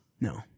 no